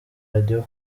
radio